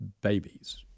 babies